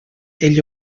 ell